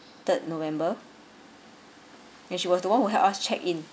third november when she was the one who helped us check in